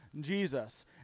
Jesus